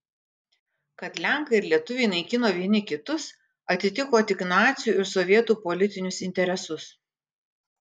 kad lenkai ir lietuviai naikino vieni kitus atitiko tik nacių ir sovietų politinius interesus